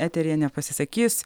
eteryje nepasisakys